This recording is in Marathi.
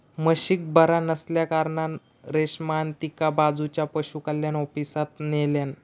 म्हशीक बरा नसल्याकारणान रमेशान तिका बाजूच्या पशुकल्याण ऑफिसात न्हेल्यान